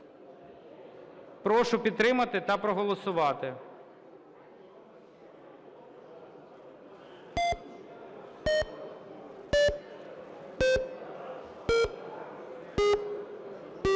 Прошу підтримати та проголосувати.